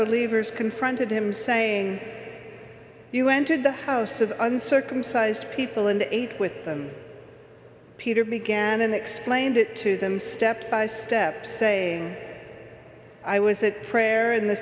believers confronted him saying you entered the house of uncircumcised people and ate with them peter began and explained it to them step by step saying i was a prayer in the